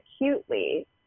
acutely